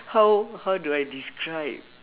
how how do I describe